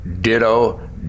ditto